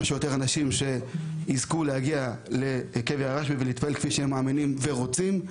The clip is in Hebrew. שיותר אנשים יזכו להגיע לקבר הרשב"י ולהתפלל כפי שהם מאמינים ורוצים,